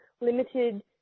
limited